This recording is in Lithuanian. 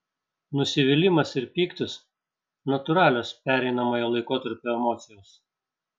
nusivylimas ir pyktis natūralios pereinamojo laikotarpio emocijos